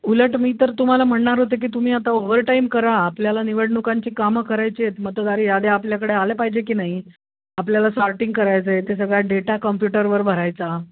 उलट मी तर तुम्हाला म्हणणार होतं की तुम्ही आता ओ्हवरटाईम करा आपल्याला निवडणुकांची कामं करायची आहेत मतदार याद्या आपल्याकडे आल्या पाहिजे की नाही आपल्याला सॉर्टिंग करायचं आहे ते सगळा डेटा कम्प्युटरवर भरायचा